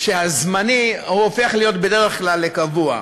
שהזמני הופך להיות בדרך כלל לקבוע.